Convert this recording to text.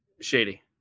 Shady